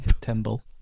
Temple